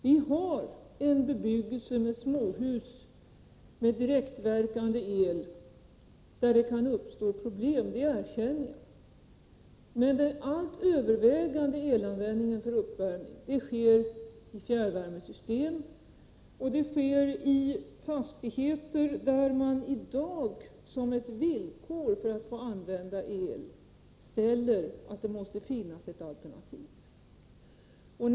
Vi har en bebyggelse med småhus med direktverkande el där det kan uppstå problem, det erkänner jag. Men den allt övervägande elanvändningen för uppvärmning sker i fjärrvärmesystem och i fastigheter där man i dag ställer som ett villkor för att få använda el att det måste finnas ett alternativ.